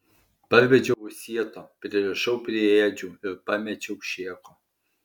parvedžiau už sieto pririšau prie ėdžių ir pamečiau šėko